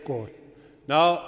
Now